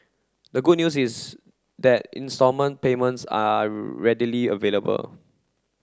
the good news is that instalment payments are readily available